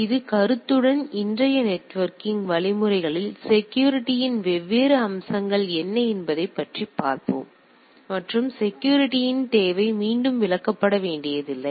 எனவே இந்த கருத்துடன் இன்றைய நெட்வொர்க்கிங் வழிமுறைகளின் செக்யூரிட்டி இன் வெவ்வேறு அம்சங்கள் என்ன என்பதைப் பார்ப்போம் மற்றும் செக்யூரிட்டி இன் தேவை மீண்டும் விளக்கப்பட வேண்டியதில்லை